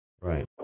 Right